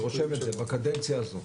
אני רושם את זה, בקדנציה הזו.